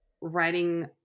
writing